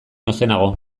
ozenago